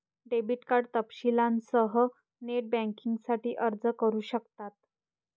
debit card तपशीलांसह net बँकिंगसाठी अर्ज करू शकतात